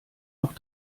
noch